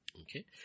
Okay